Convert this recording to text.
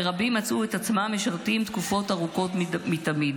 ורבים מצאו את עצמם משרתים תקופות ארוכות מתמיד,